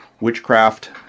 witchcraft